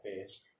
face